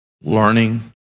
Learning